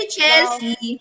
Chelsea